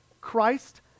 Christ